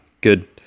good